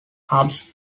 hubs